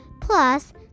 Plus